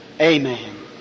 amen